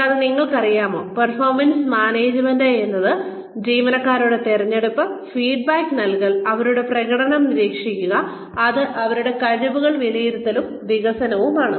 കൂടാതെ നിങ്ങൾക്ക് അറിയാമോ പെർഫോമൻസ് മാനേജ്മെന്റ് എന്നത് ജീവനക്കാരുടെ തിരഞ്ഞെടുപ്പ് ഫീഡ്ബാക്ക് നൽകൽ അവരുടെ പ്രകടനം നിരീക്ഷിക്കുക ഇത് അവരുടെ കഴിവുകളുടെ വിലയിരുത്തലും വികസനവുമാണ്